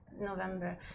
November